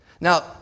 Now